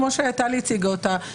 כמו שטלי הציגה אותה,